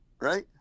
Right